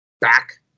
back